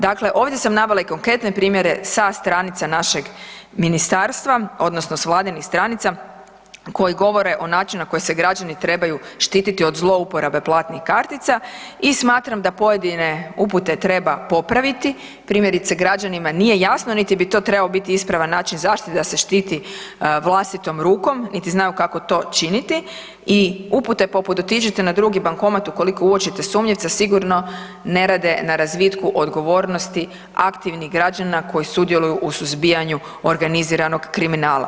Dakle ovdje sam navela i konkretne primjere sa stranica našeg Ministarstva odnosno s Vladinih stranica koje govore o načinu na koji se građani trebaju štititi od zlouporabe platnih kartica i smatram da pojedine upute treba popraviti, primjerice, građanima nije jasno niti bi to trebao biti ispravan način zaštite da se štiti vlastitom rukom niti znaju kako to činiti i upute poput, otiđite na drugi bankomat ukoliko uočite sumnjivca sigurno ne rade na razvitku odgovornosti aktivnih građana koji sudjeluju u suzbijanju organiziranog kriminala.